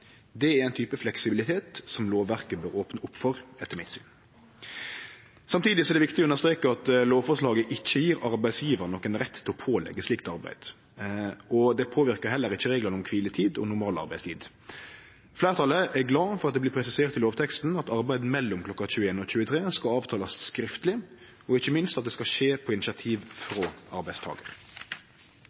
Det er ein type fleksibilitet som lovverket bør opne opp for, etter mitt syn. Samtidig er det viktig å understreke at lovforslaget ikkje gjev arbeidsgjevarane nokon rett til å pålegge slikt arbeid. Det påverkar heller ikkje reglane om kviletid og normalarbeidstid. Fleirtalet er glad for at det blir presisert i lovteksten at arbeid mellom kl. 21 og kl. 23 skal avtalast skriftleg, og ikkje minst at det skal skje på initiativ frå